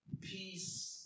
peace